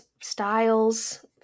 styles